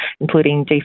including